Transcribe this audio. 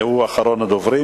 הוא אחרון הדוברים.